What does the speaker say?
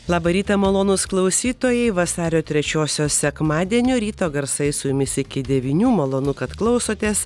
labą rytą malonūs klausytojai vasario trečiosios sekmadienio ryto garsai su jumis iki devynių malonu kad klausotės